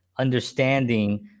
understanding